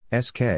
SK